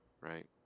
Right